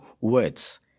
words